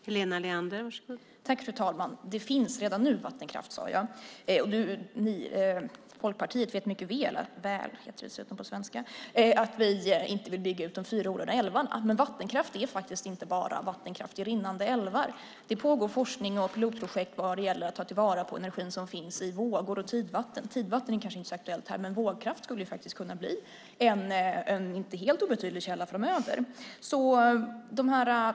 Fru talman! Jag sade att det redan nu finns vattenkraft. Folkpartiet vet mycket väl att vi inte vill bygga ut de fyra orörda älvarna. Vattenkraft är inte bara vattenkraft i rinnande älvar. Det pågår forskning och pilotprojekt att ta till vara den energi som finns i tidvatten och vågkraft. Tidvatten kanske inte är så aktuellt här, men vågkraft skulle kunna bli en inte helt obetydlig källa framöver.